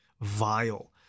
vile